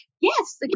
Yes